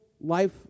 life